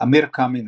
אמיר קמינר,